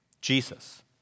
Jesus